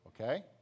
Okay